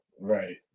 Right